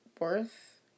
worth